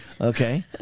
Okay